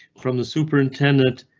from the superintendent,